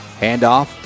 Handoff